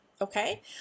okay